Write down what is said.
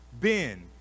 Ben